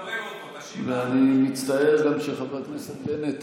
ואני מצטער גם שחבר הכנסת בנט,